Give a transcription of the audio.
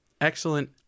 Excellent